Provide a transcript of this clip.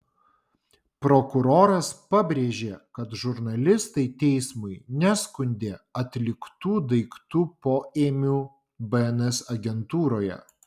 prokuroras pabrėžė kad žurnalistai teismui neskundė atliktų daiktų poėmių bns agentūroje